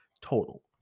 total